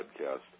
podcast